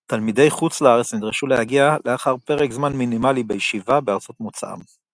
תלמידי חוץ לארץ נדרשו להגיע לאחר פרק זמן מינימלי בישיבה בארצות מוצאם.